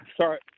Sorry